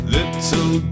Little